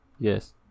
Yes